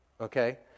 Okay